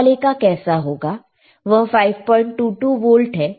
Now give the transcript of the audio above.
वह 522 वोल्ट है